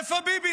איפה ביבי,